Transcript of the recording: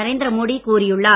நரேந்திர மோடி கூறியுள்ளார்